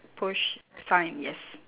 push sign yes